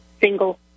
single